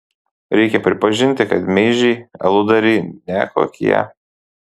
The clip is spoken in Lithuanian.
reikia pripažinti kad meižiai aludariai ne kokie